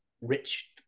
rich